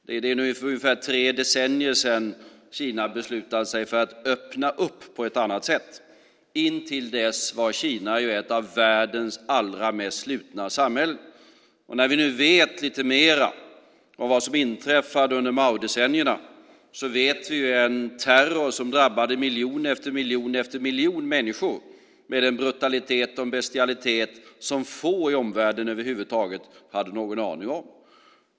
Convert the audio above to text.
Det är nu ungefär tre decennier sedan Kina beslutade sig för att öppna landet på ett annat sätt. Intill dess var Kina ett av världens allra mest slutna samhällen. Vi vet nu lite mer om vad som inträffade under Maodecennierna. Det var en terror som drabbade miljon efter miljon människor med en brutalitet och bestialitet som få i omvärlden över huvud taget hade någon aning om.